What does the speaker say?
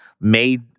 made